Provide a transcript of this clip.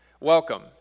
Welcome